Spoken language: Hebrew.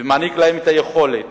ומעניק להם את היכולת